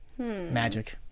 magic